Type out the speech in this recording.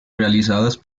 realizadas